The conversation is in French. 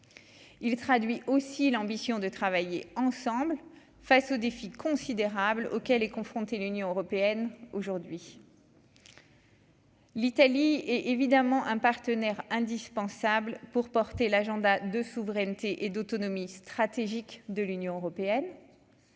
il traduit aussi l'ambition de travailler ensemble, face aux défis considérables auxquels est confrontée l'Union Européenne aujourd'hui. L'Italie est évidemment un partenaire indispensable pour porter l'agenda de souveraineté et d'autonomie stratégique de l'Union européenne